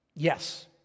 Yes